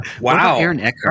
Wow